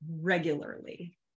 regularly